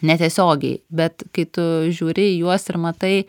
ne tiesiogiai bet kai tu žiūri į juos ir matai